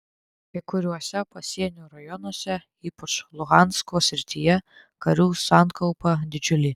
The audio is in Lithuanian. kai kuriuose pasienio rajonuose ypač luhansko srityje karių sankaupa didžiulė